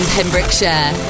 Pembrokeshire